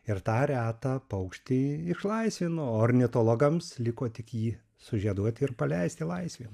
ir tą retą paukštį išlaisvino ornitologams liko tik jį sužieduoti ir paleisti laisvėn